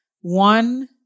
one